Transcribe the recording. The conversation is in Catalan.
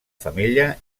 femella